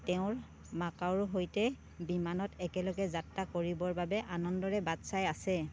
তেওঁৰ মাকাওৰ সৈতে বিমানত একেলগে যাত্ৰা কৰিবৰ বাবে আনন্দেৰে বাট চাই আছে